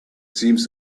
seems